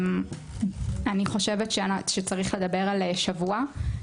אני חושבת שצריך לדבר על שבוע.